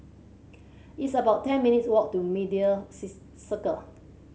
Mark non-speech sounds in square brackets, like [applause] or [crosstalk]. it's about ten minutes' walk to Media [unintelligible] Circle